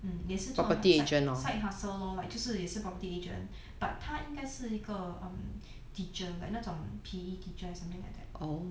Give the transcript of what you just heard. mm 也是做 side side hustle lor like 就是也是 property agent but 他应该是一个 um teacher like 那种 P_E teacher or something like that at all